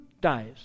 dies